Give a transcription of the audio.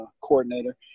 coordinator